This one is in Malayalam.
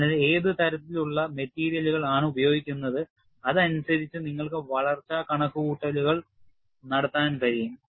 അതിനാൽ ഏത് തരത്തിലുള്ള മെറ്റീരിയലുകൾ ആണ് ഉപയോഗിക്കുന്നത് അതനുസരിച്ചു നിങ്ങൾക്ക് വളർച്ചാ കണക്കുകൂട്ടലുകൾ നടത്താൻ കഴിയും